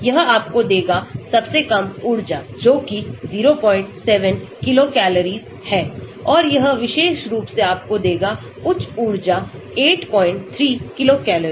यह आपको देगा सबसे कम ऊर्जा जोकि 07 किलो कैलोरी है और यह विशेष रूप से आपको देगा उच्च ऊर्जा 83 किलो कैलोरी